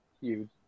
huge